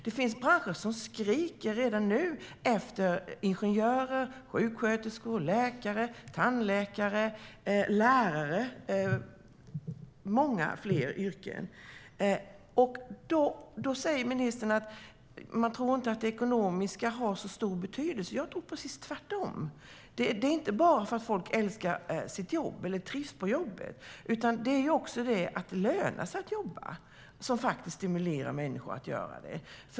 Det finns branscher som redan nu skriker efter ingenjörer, sjuksköterskor, läkare, tandläkare, lärare och många fler yrken. Ministern säger att hon inte tror att det ekonomiska har så stor betydelse. Jag tror precis tvärtom. Folk jobbar inte bara för att de älskar sitt jobb eller trivs där; även det faktum att det lönar sig att jobba stimulerar människor att göra det.